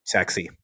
Sexy